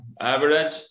average